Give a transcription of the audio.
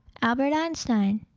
albert einstein